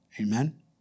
Amen